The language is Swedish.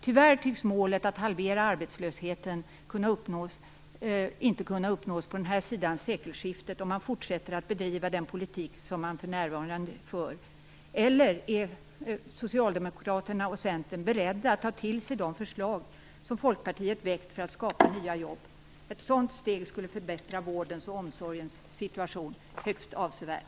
Tyvärr tycks målet att halvera arbetslösheten inte kunna uppnås på denna sidan av sekelskiftet om man fortsätter att bedriva den politik som för närvarande förs. Eller är Socialdemokraterna och Centern beredda att ta till sig de förslag som Folkpartiet väckt för att skapa nya jobb? Ett sådant steg skulle förbättra vårdens och omsorgens situation högst avsevärt.